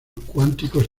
cuánticos